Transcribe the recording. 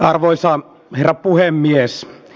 arvoisa herra puhemies